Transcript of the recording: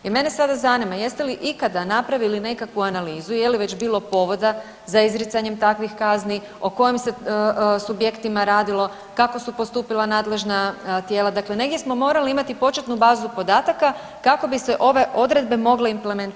I mene sada zanima, jeste li ikada napravili nekakvu analizu, jeli već bilo povoda za izricanjem takvih kazni, o kojem se subjektima radilo, kako su postupila nadležna tijela, dakle negdje smo morali imati početnu bazu podataka, kako bi se ove odredbe mogle implementirati u praksi.